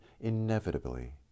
inevitably